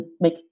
make